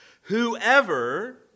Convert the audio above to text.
Whoever